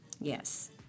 Yes